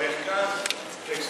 בפריפריה רק היי-טק, ובמרכז, טקסטיל.